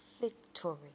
victory